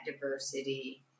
diversity